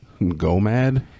Gomad